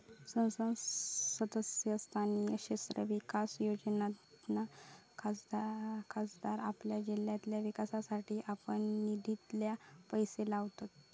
संसद सदस्य स्थानीय क्षेत्र विकास योजनेतना खासदार आपल्या जिल्ह्याच्या विकासासाठी आपल्या निधितना पैशे लावतत